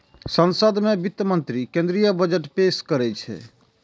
संसद मे वित्त मंत्री केंद्रीय बजट पेश करै छै